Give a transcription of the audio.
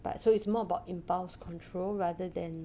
but so it's more about impulse control rather than